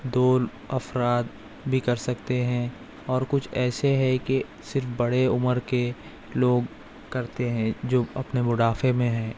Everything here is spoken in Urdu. دو افراد بھی کر سکتے ہیں اور کچھ ایسے ہیں کہ صرف بڑے عمر کے لوگ کرتے ہیں جو اپنے بڑھاپے میں ہیں